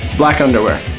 black underwear.